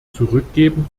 zurückgeben